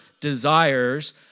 desires